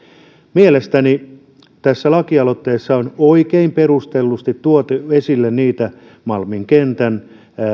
mielestäni tässä aloitteessa on oikein perustellusti tuotu esille malmin kentän